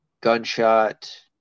Gunshot